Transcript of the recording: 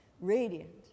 radiant